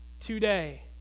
today